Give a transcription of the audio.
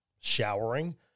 showering